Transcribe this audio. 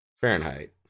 Fahrenheit